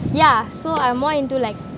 yeah so I'm more into like